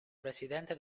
presidente